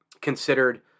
considered